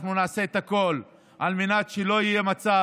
אנחנו נעשה את הכול על מנת שלא יהיה מצב